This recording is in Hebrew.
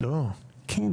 לקראת בחירות,